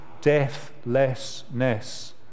deathlessness